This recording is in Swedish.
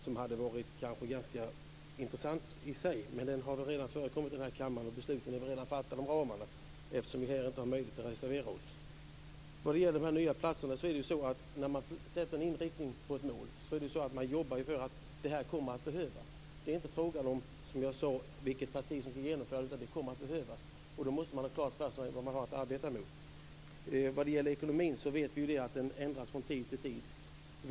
Det hade varit ganska intressant i sig att diskutera, men den debatten har förekommit i riksdagen och besluten är fattade om ramarna så att vi inte kan reservera oss. När det gäller de nya platserna sätter man upp ett mål och arbetar med tanke på vad som kommer att behövas. Det är inte fråga om vilket parti som skall genomföra det utan vad som kommer att behövas. Då måste man ha klart för sig vad man har att arbeta mot. Ekonomin vet vi rändras från till annan.